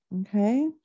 Okay